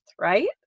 right